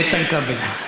איתן כבל.